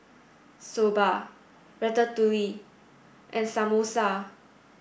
Soba Ratatouille and Samosa